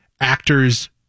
actors